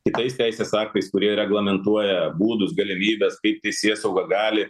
kitais teisės aktais kurie reglamentuoja būdus galimybes kaip teisėsauga gali